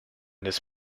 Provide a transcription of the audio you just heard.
this